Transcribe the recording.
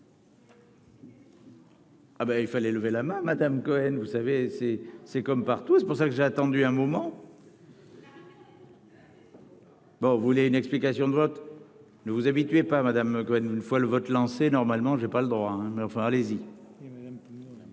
Ah ben il fallait lever la main, Madame Cohen vous savez c'est c'est comme partout, et c'est pour ça que j'ai attendu un moment. Bon, vous voulez une explication de vote ne vous habituez pas Cohen une fois le vote lancé normalement, je n'ai pas le droit, mais enfin allez-y.